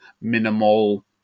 minimal